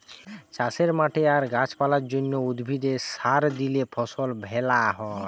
চাষের মাঠে আর গাছ পালার জন্যে, উদ্ভিদে সার দিলে ফসল ভ্যালা হয়